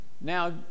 Now